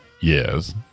yes